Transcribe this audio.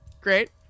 Great